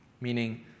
meaning